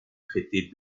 traiter